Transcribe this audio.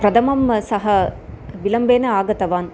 प्रथमं सः विलम्बेन आगतवान्